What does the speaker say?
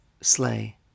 slay